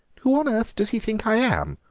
who on earth does he think i am?